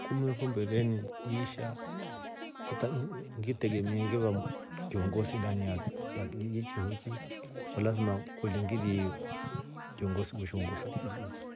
Ikumi yo fo mbeleni iisha ngilitegemea, ngive kiongosi ndani ya kijiji choochi lasma ngikolye ngili kiongosi we shiongosa kijiji chi.